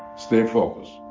stay focused.